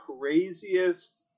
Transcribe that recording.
craziest